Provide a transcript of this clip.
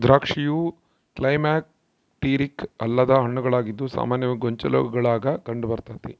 ದ್ರಾಕ್ಷಿಯು ಕ್ಲೈಮ್ಯಾಕ್ಟೀರಿಕ್ ಅಲ್ಲದ ಹಣ್ಣುಗಳಾಗಿದ್ದು ಸಾಮಾನ್ಯವಾಗಿ ಗೊಂಚಲುಗುಳಾಗ ಕಂಡುಬರ್ತತೆ